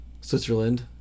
Switzerland